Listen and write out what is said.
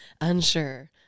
unsure